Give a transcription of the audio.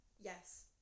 yes